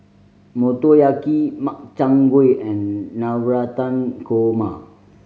Motoyaki Makchang Gui and Navratan Korma